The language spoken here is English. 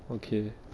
okay